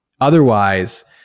Otherwise